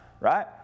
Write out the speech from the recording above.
right